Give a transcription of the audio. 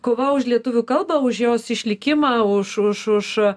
kova už lietuvių kalbą už jos išlikimą už už už